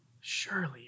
Surely